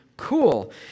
Cool